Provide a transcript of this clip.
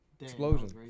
Explosion